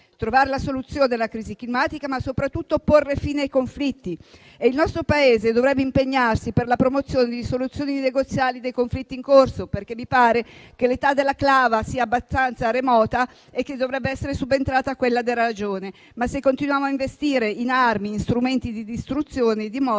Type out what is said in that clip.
trovare la soluzione della crisi climatica, ma soprattutto per porre fine ai conflitti. Il nostro Paese dovrebbe impegnarsi per la promozione di soluzioni negoziali dei conflitti in corso, perché mi pare che l'età della clava sia abbastanza remota e dovrebbe essere subentrata quella della ragione. Ma, se continuiamo a investire in armi, in strumenti di distruzione e di morte,